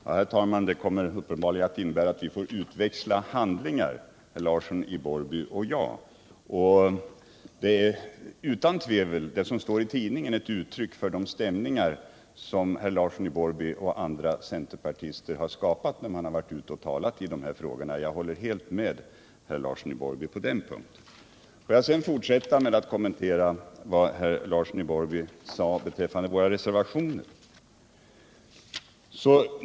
Nr 54 Herr talman! Detta kommer uppenbarligen att innebära att herr Larsson i Borrby och jag får utväxla handlingar. Det som står i tidningarna är utan tvivel uttryck för de stämningar som herr Larsson i Borrby och andra centerpartister har skapat när de varit ute och talat i dessa frågor. — Jordbrukspoliti Jag håller helt med herr Larsson i Borrby på den punkten. ken, m.m. Får jag sedan fortsätta med att kommentera vad herr Larsson i Borrby sade beträffande våra reservationer.